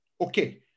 Okay